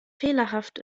fehlerhaft